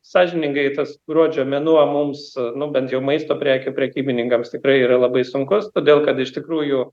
sąžiningai tas gruodžio mėnuo mums nu bent jau maisto prekių prekybininkams tikrai yra labai sunkus todėl kad iš tikrųjų